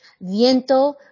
Viento